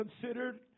considered